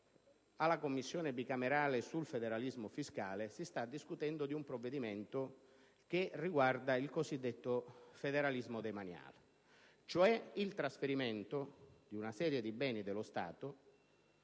alla Commissione bicamerale per l'attuazione del federalismo fiscale si sta discutendo di un provvedimento che riguarda il cosiddetto federalismo demaniale, cioè il trasferimento di una serie di beni dallo Stato